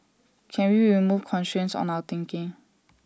can we remove constraints on our thinking